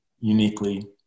uniquely